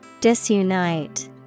Disunite